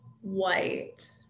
White